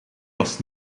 was